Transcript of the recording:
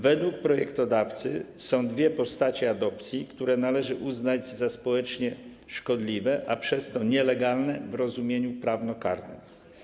Według projektodawcy są dwie postaci adopcji, które należy uznać za społecznie szkodliwe, a przez to nielegalne w rozumieniu prawnokarnym.